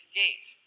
gate